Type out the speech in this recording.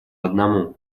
одному